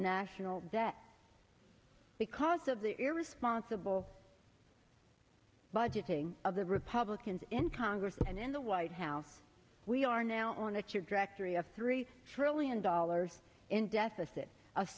national debt because of the irresponsible budgeting of the republicans in congress and in the white house we are now on the chair directory of three trillion dollars in deficit